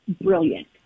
brilliant